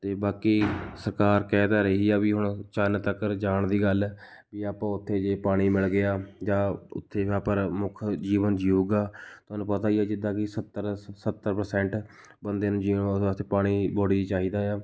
ਅਤੇ ਬਾਕੀ ਸਰਕਾਰ ਕਹਿ ਤਾਂ ਰਹੀ ਆ ਵੀ ਹੁਣ ਚੰਨ ਤੱਕਰ ਜਾਣ ਦੀ ਗੱਲ ਵੀ ਆਪਾਂ ਉੱਥੇ ਜੇ ਪਾਣੀ ਮਿਲ ਗਿਆ ਜਾਂ ਉੱਥੇ ਆਪਾਂ ਮੁੱਖ ਜੀਵਨ ਜੀਊਗਾ ਤੁਹਾਨੂੰ ਪਤਾ ਹੀ ਆ ਜਿੱਦਾਂ ਕਿ ਸੱਤਰ ਸੱਤਰ ਪ੍ਰਸੈਂਟ ਬੰਦੇ ਨੂੰ ਜਿਊਣ ਵਾਸਤੇ ਪਾਣੀ ਬੋਡੀ 'ਚ ਚਾਹੀਦਾ ਏ ਆ